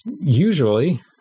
usually